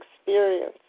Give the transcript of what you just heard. experience